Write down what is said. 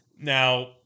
Now